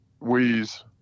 Weeze